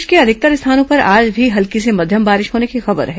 प्रदेश के अधिकतर स्थानों पर आज भी हल्की से मध्यम बारिश होने की खबर है